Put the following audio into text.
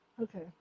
Okay